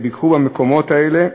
שביקרו במקומות האלה,